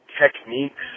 techniques